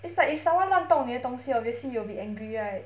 it's like if someone 乱动你的东西 obviously you will be angry right